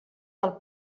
del